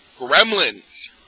Gremlins